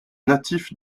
natif